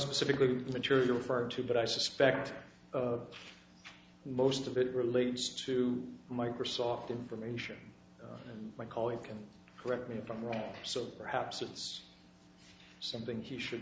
specifically material for two but i suspect most of it relates to microsoft information i call it can correct me if i'm wrong so perhaps it's something he should